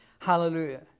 Hallelujah